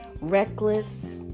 Reckless